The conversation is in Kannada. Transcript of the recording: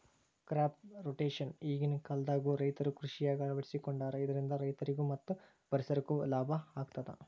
ಕ್ರಾಪ್ ರೊಟೇಷನ್ ಈಗಿನ ಕಾಲದಾಗು ರೈತರು ಕೃಷಿಯಾಗ ಅಳವಡಿಸಿಕೊಂಡಾರ ಇದರಿಂದ ರೈತರಿಗೂ ಮತ್ತ ಪರಿಸರಕ್ಕೂ ಲಾಭ ಆಗತದ